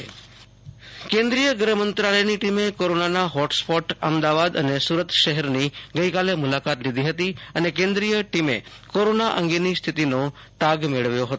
આશુતોષ અંતાણી રાજ્યઃ કેન્દ્રિય ગૃહમંત્રાલય ટીમ કેન્દ્રિય ગૃહમંત્રાલયની ટીમે કોરોનાના હોટસ્પોટ અમદાવાદ અને સુરત શહેરની ગઈકાલે મુલાકાત લીધી હતી અને કેન્દ્રિય ટીમે કોરોના અંગેની સ્થિતિનો તાગ મેળવ્યો હતો